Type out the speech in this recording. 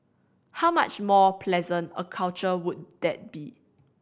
how much more pleasant a culture would that be